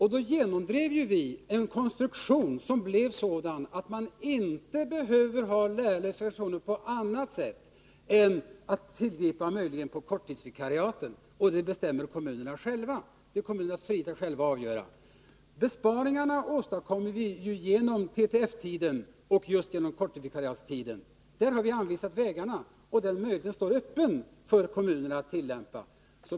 Vi genomdrev en konstruktion, som blev sådan att man inte behöver ha lärarlösa lektioner annat än möjligen när det gäller korttidsvikariaten. Kommunerna får själva avgöra. Besparingarna åstadkommer vi genom TTF-tiden och just genom korttidsvikariatstiden. Där har vi anvisat vägarna, och den möjligheten står öppen för kommunerna att begagna.